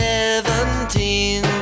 Seventeen